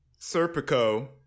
Serpico